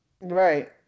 Right